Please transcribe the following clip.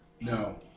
No